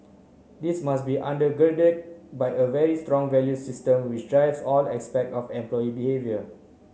this must be under by girded a very strong values system which drives all aspect of employee behaviour